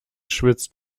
schwitzt